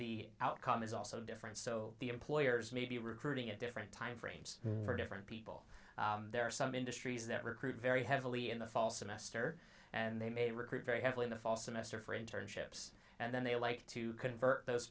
the outcome is also different so the employers may be recruiting a different time frames for different people there are some industries that recruit very heavily in the fall semester and they may recruit very heavily in the fall semester for internships and then they like to convert those